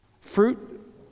Fruit